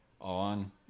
on